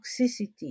toxicity